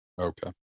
Okay